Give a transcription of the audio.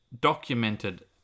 documented